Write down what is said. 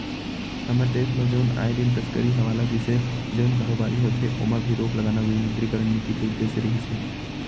हमर देस म जउन आए दिन तस्करी हवाला जइसे जउन कारोबारी होथे ओमा भी रोक लगाना विमुद्रीकरन नीति के उद्देश्य रिहिस हे